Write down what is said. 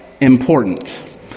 important